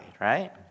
right